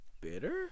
bitter